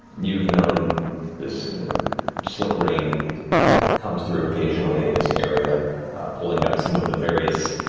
you've known this slick rain comes through occasionally in this area pulling up some of the various